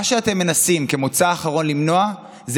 מה שאתם מנסים כמוצא אחרון למנוע זה